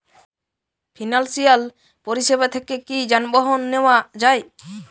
Financial পরিসেবা থেকে কি যানবাহন নেওয়া যায়?